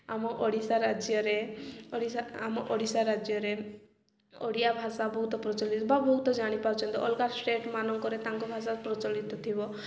ଆମ ଓଡ଼ିଶା ରାଜ୍ୟରେ ଓଡ଼ିଶା ଆମ ଓଡ଼ିଶା ରାଜ୍ୟରେ ଓଡ଼ିଆ ଭାଷା ବହୁତ ପ୍ରଚଳିତ ବା ବହୁତ ଜାଣିପାରୁଛନ୍ତି ଅଲଗା ଷ୍ଟେଟ୍ ମାନଙ୍କରେ ତାଙ୍କ ଭାଷା ପ୍ରଚଳିତ ଥିବ